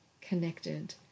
connected